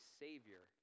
savior